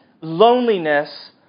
loneliness